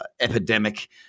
epidemic